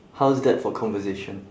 how's that for conversation